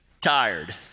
tired